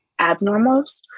abnormals